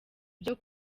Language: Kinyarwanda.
byo